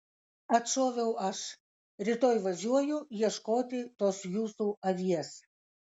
atšoviau aš rytoj važiuoju ieškoti tos jūsų avies